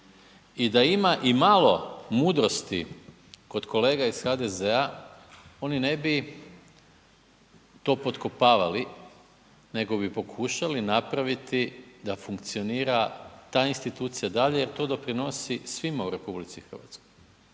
I da ima i malo mudrosti kod kolega iz HDZ-a oni ne bi to potkopavali nego bi pokušali napraviti da funkcionira ta institucija dalje jer to doprinosi svima u RH. Prvenstveno